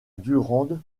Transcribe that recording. durande